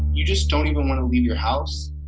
you just don't even want to leave your house.